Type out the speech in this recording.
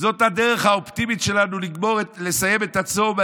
וזאת הדרך האופטימית שלנו לסיים את הצום,